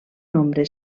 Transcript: nombre